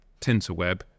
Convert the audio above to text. Tinterweb